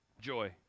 Joy